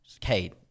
Kate